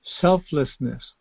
selflessness